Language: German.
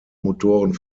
motoren